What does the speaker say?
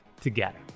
together